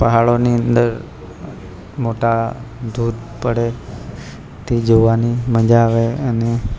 પહાડોની અંદર મોટા ધોધ પડે તે જોવાની મજા આવે અને